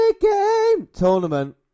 tournament